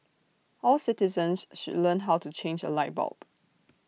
all citizens should learn how to change A light bulb